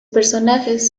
personajes